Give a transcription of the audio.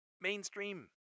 mainstream